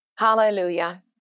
Hallelujah